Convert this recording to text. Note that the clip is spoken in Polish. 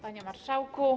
Panie Marszałku!